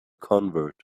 convert